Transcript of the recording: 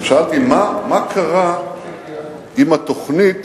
שאלתי: מה קרה עם התוכנית